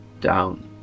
down